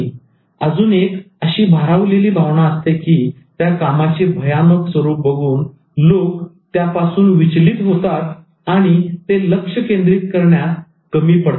अजून एक अशी भारावलेली भावना असते की त्या कामाचे भयानक स्वरूप बघून लोक त्यापासून विचलित होतात आणि ते लक्ष केंद्रित करण्यास कमी पडतात